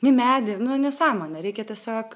į medį nu nesąmonė reikia tiesiog